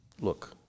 look